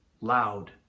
loud